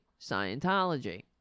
Scientology